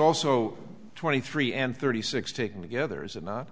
also twenty three and thirty six taking togethers and not